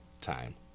time